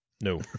no